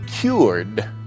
cured